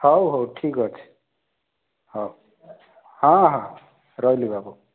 ହଉ ହଉ ଠିକ୍ ଅଛି ହଉ ହଁ ହଁ ରହିଲି ବାବୁ